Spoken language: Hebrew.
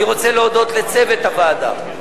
אני רוצה להודות לצוות הוועדה,